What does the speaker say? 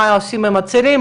מה עושים עם הצעירים,